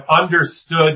understood